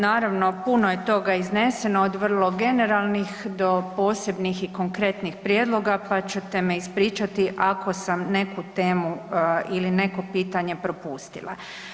Naravno, puno je toga izneseno od vrlo generalnih do posebnih i konkretnih prijedloga, pa ćete me ispričati ako sam neku temu ili neko pitanje propustila.